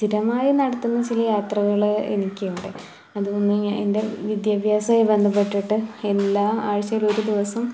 സ്ഥിരമായി നടത്തുന്ന ചില യാത്രകൾ എനിക്കുണ്ട് അതുകൊണ്ട് എൻ്റെ വിദ്യാഭ്യാസമായി ബന്ധപ്പെട്ടിട്ട് എല്ലാ ആഴ്ചയിൽ ഒരു ദിവസം